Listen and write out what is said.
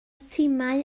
timau